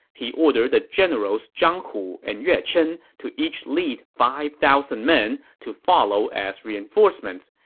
he ordered the generals zhang hu and yue chen to each lead five thousand men to follow as reinforcements.